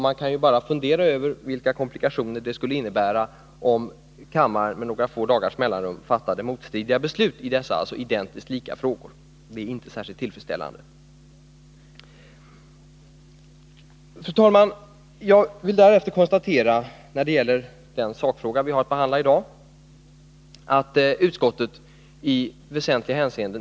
Man kan bara fundera över vilka komplikationer det skulle innebära, om kammaren med några få dagars mellanrum fattade motstridiga beslut i dessa identiskt lika frågor. Det hela är inte särskilt tillfredsställande. Fru talman! När det gäller den sakfråga vi har att behandla i dag vill jag därefter konstatera att vi i utskottet är överens i väsentliga hänseenden.